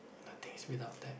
nothing is without tax